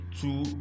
two